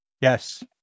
Yes